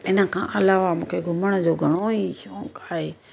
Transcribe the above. इन खां अलावा मूंखे घुमण जो घणो ई शौक़ु आहे